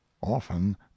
Often